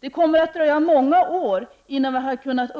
Det kommer att dröja många år innan vi har kommit